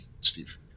Steve